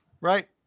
Right